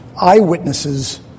eyewitnesses